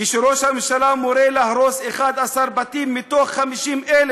כשראש הממשלה מורה להרוס 11 בתים מתוך 50,000,